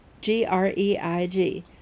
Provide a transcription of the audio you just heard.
G-R-E-I-G